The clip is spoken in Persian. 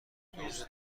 دوست